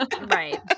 Right